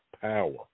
power